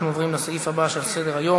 אנחנו עוברים לסעיף הבא שעל סדר-היום: